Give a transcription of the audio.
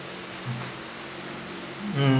mm